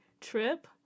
trip